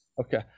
Okay